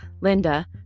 Linda